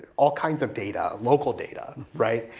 all kinds of data, local data, right?